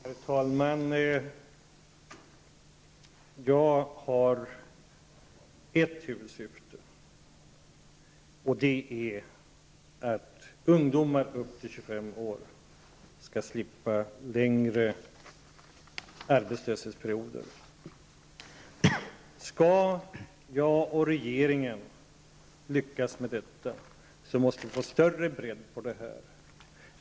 Herr talman! Jag har ett huvudsyfte, och det är att ungdomar upp till 25 år skall slippa längre arbetslöshetsperioder. Skall jag och regeringen lyckas med det, måste vi få större bredd på detta.